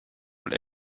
wohl